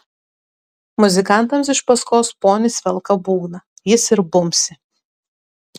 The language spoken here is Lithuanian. muzikantams iš paskos ponis velka būgną jis ir bumbsi